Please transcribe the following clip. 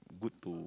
good to